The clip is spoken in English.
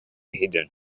hidden